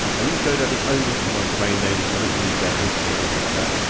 i use godaddy only for my domain names, i don't use their hosting or anything like that.